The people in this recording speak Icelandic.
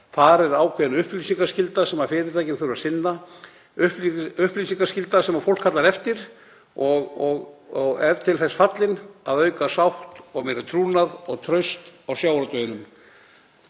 Þar er ákveðin upplýsingaskylda sem fyrirtækin þurfa að sinna, upplýsingaskylda sem fólk kallar eftir og er til þess fallin að auka sátt og trúnað og traust á sjávarútveginum.